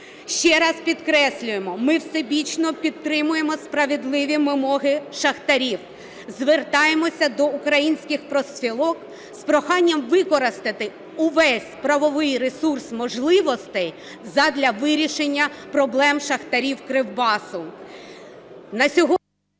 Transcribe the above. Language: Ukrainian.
Ще раз підкреслюємо, ми всебічно підтримуємо справедливі вимоги шахтарів. Звертаємось до українських профспілок з проханням використати увесь правовий ресурс можливостей задля вирішення проблем шахтарів Кривбасу….